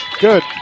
good